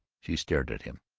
she stared at him.